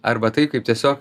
arba tai kaip tiesiog